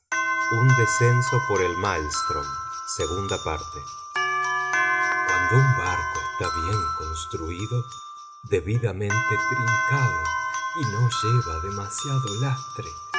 remolino del strm estaba en plena furia cuando un barco está bien construído debidamente trincado y no lleva demasiado lastre